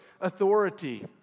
authority